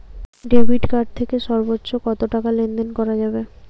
Debit card থেকে সর্বোচ্চ কত টাকা লেনদেন করা যাবে?